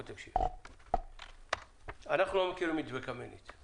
אנחנו לא מכירים את מתווה קמיניץ.